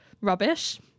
rubbish